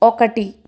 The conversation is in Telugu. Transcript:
ఒకటి